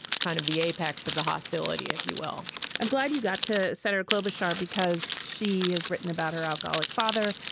kind of the apex of the hostility if you will i'm glad you got to senator klobuchar because she has written about her alcoholic father.